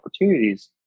opportunities